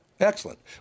Excellent